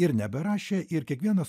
ir neberašė ir kiekvienas